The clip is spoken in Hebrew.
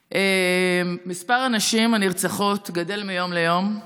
מספר הנשים הנרצחות גדל מיום ליום.